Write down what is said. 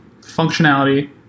functionality